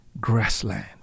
grassland